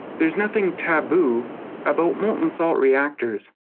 there's nothing taboo about molten salt reactors.